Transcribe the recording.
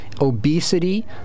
obesity